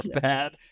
bad